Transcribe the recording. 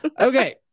Okay